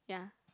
yeah